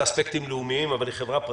אספקטים לאומיים אבל היא חברה פרטית,